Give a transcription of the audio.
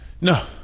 No